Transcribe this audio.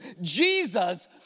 Jesus